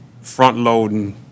front-loading